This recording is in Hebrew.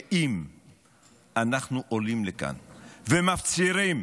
אם אנחנו עולים לכאן ומפצירים